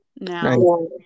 now